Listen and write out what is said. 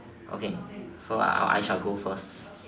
okay so I I shall go first